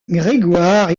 grégoire